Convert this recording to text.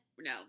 No